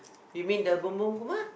you mean the Kumar